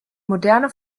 moderne